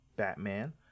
Batman